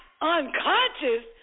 unconscious